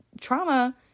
trauma